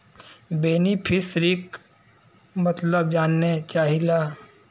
बेनिफिसरीक मतलब जाने चाहीला?